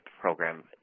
program